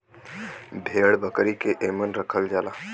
भेड़ बकरी के एमन रखल जाला